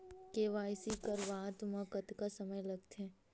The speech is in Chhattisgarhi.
के.वाई.सी करवात म कतका समय लगथे?